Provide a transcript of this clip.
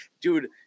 dude